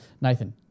Nathan